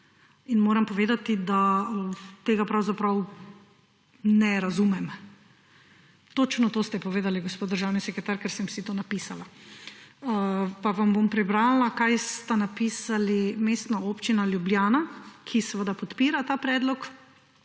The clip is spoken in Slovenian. Moram povedati, da tega pravzaprav ne razumem. Točno to ste povedali, gospod državni sekretar, ker sem si to napisala. Pa vam bom prebrala, kaj sta napisali Mestna občina Ljubljana, ki podpira ta predlog